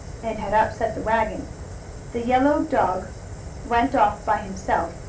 and had upset the wagon the yellow dog went off by himself,